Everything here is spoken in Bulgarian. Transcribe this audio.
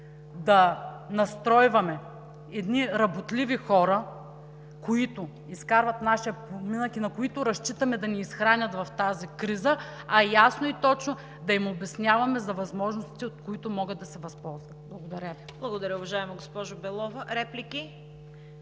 да настройваме едни работливи хора, които изкарват нашия поминък и на които разчитаме да ни изхранят в тази криза, а ясно и точно да им обясняваме за възможностите, от които могат да се възползват. Благодаря Ви.